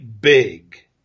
big